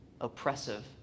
oppressive